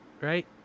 Right